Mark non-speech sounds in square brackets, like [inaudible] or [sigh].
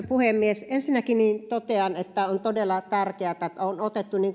[unintelligible] puhemies ensinnäkin totean että on todella tärkeätä että on otettu